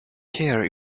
care